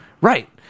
right